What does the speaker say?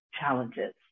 challenges